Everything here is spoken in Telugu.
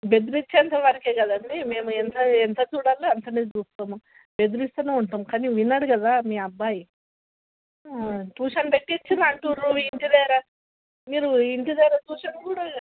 బెదిరించే అంతవరకు కదండీ మేము ఎంత ఎంత చూడాలో అంతనే చూస్తాము బెదిరిస్తానే ఉంటాము కానీ వినడు కదా మీ అబ్బాయి ట్యూషన్ పెట్టించిర్రు అంటుర్రు ఇంటి దగ్గర మీరు ఇంటి దగ్గర ట్యూషన్ కూడా